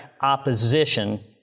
opposition